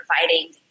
providing